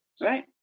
Right